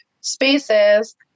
spaces